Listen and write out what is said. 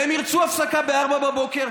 והם ירצו הפסקה ב-04:00,